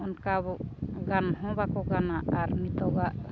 ᱚᱱᱠᱟ ᱜᱟᱱ ᱦᱚᱸ ᱵᱟᱠᱚ ᱜᱟᱱᱟ ᱟᱨ ᱱᱤᱛᱚᱜᱟᱜ